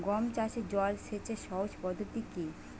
গম চাষে জল সেচের সহজ পদ্ধতি কি?